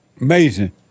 Amazing